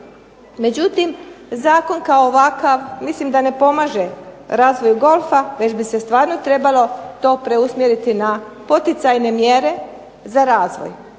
Međutim, zakon kao ovakav mislim da ne pomaže razvoju golfa već bi se stvarno trebalo to preusmjeriti na poticajne mjere za razvoj,